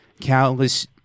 countless